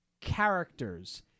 characters